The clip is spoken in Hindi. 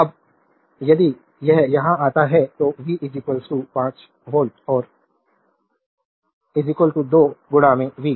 अब यदि यह यहां आता है तो V 5 वोल्ट और 2 वी